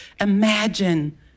imagine